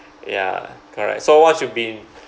ya correct so once you've been